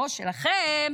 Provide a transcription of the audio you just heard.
הראש שלכם